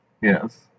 Yes